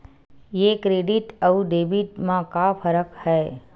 ये क्रेडिट आऊ डेबिट मा का फरक है?